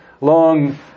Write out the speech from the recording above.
long